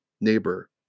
neighbor